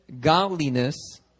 godliness